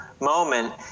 moment